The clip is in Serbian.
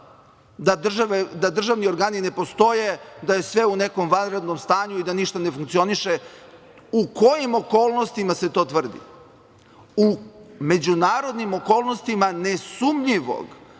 da državni organi ne postoje, da je sve u nekom vanrednom stanju i da ništa ne funkcioniše. U kojim okolnostima se to tvrdi?9/1 JJ/LjL 11.25-11.35U međunarodnim okolnostima nesumnjivog